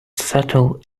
settle